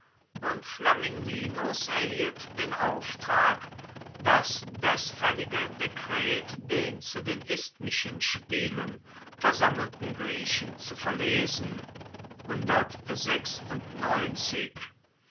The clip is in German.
und flamininus erhielt den auftrag das desfaellige dekret den zu den isthmischen spielen versammelten griechen zu verlesen